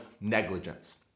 negligence